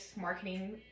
marketing